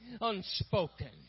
unspoken